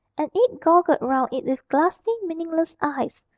and it goggled round it with glassy, meaningless eyes,